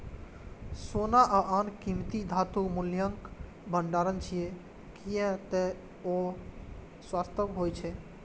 सोना आ आन कीमती धातु मूल्यक भंडार छियै, कियै ते ओ शाश्वत होइ छै